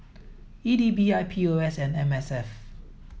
E D B I P O S and M S F